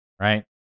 Right